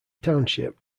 township